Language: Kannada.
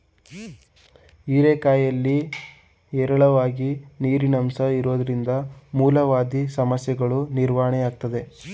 ಹೀರೆಕಾಯಿಲಿ ಹೇರಳವಾಗಿ ನೀರಿನಂಶ ಇರೋದ್ರಿಂದ ಮೂಲವ್ಯಾಧಿ ಸಮಸ್ಯೆಗಳೂ ನಿವಾರಣೆಯಾಗ್ತದೆ